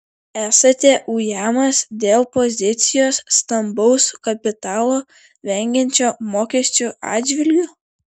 esate ujamas dėl pozicijos stambaus kapitalo vengiančio mokesčių atžvilgiu